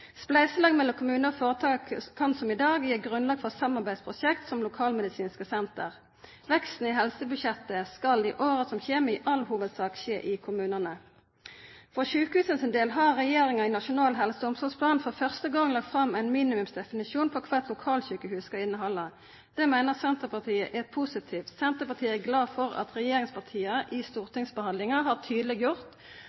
Spleiselag mellom kommunar og føretak kan som i dag gi grunnlag for samarbeidsprosjekt som lokalmedisinske senter. Veksten i helsebudsjettet skal i åra som kjem, i all hovudsak skje i kommunane. For sjukehusa sin del har regjeringa i Nasjonal helse- og omsorgsplan for første gong lagd fram ein minimumsdefinisjon på kva eit lokalsjukehus skal innehalda. Det meiner Senterpartiet er positivt. Senterpartiet er glad for at regjeringspartia